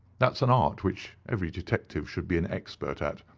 that's an art which every detective should be an expert at.